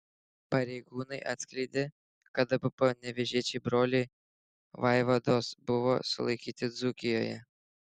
pareigūnai atskleidė kad abu panevėžiečiai broliai vaivados buvo sulaikyti dzūkijoje